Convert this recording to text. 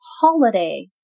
holiday